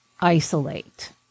isolate